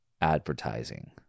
advertising